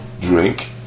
drink